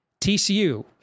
TCU